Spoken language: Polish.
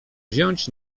wziąć